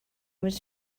was